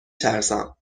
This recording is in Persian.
ترسم